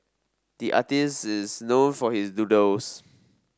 the artist is known for his doodles